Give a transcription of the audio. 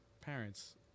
parents